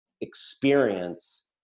experience